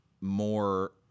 more